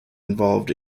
involved